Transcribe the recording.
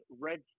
Red